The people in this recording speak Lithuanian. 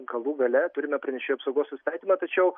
galų gale turime pranešėjų apsaugos įstatymą tačiau